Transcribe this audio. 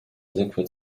liquid